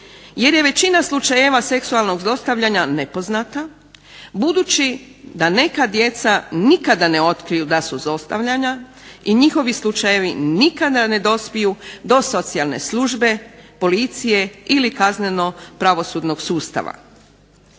jer je većina slučajeva seksualnog zlostavljanja nepoznata budući da neka djeca nikada ne otkriju da su zlostavljana i njihovi slučajevi nikada ne dospiju do socijalne službe, policije ili pravosudnog sustava.